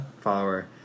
follower